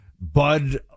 Bud